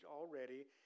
already